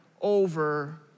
over